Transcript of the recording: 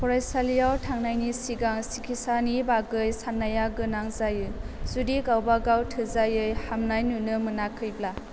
फरायसालियाव थांनायनि सिगां सिकित्सानि बागै साननाया गोनां जायो जुदि गावबा गाव थोजायै हामनाय नुनो मोनाखैब्ला